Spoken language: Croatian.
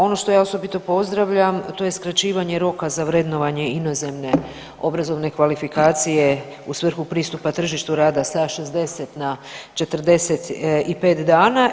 Ono što ja osobito pozdravljam to je skraćivanje roka za vrednovanje inozemne obrazovne kvalifikacije u svrhu pristupa tržištu rada sa 60 na 45 dana.